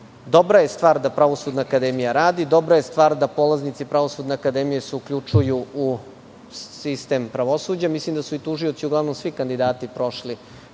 Dobra je stvar da Pravosudna akademija radi, dobra je stvar da polaznici Pravosudne akademije se uključuju u sistem pravosuđa. Mislim, da su i tužioci, uglavnom svi kandidati prošli